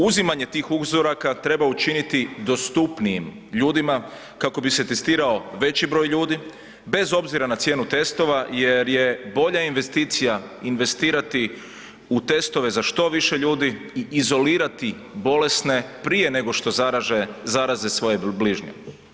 Uzimanje tih uzoraka treba učiniti dostupniji ljudima kako bi se testirao veći broj ljudi bez obzira na cijenu testova jer je bolja investicija investirati u testove za što više ljudi i izolirati bolesne prije nego što zaraze svoje bližnje.